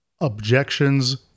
Objections